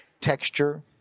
texture